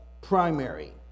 primary